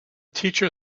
teacher